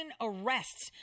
arrests